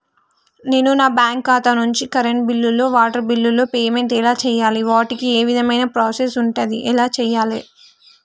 నేను నా బ్యాంకు ఖాతా నుంచి కరెంట్ బిల్లో వాటర్ బిల్లో పేమెంట్ ఎలా చేయాలి? వాటికి ఏ విధమైన ప్రాసెస్ ఉంటది? ఎలా చేయాలే?